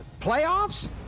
playoffs